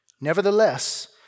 Nevertheless